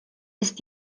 ist